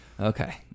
okay